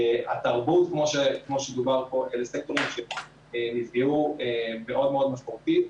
התרבות כמו שדובר פה אלה סקטורים שנפגעו מאוד מאוד משמעותית,